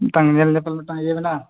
ᱢᱤᱫᱴᱟᱝ ᱧᱮᱞ ᱧᱮᱯᱮᱞ ᱤᱭᱟᱹ ᱢᱮᱱᱟᱜᱼᱟ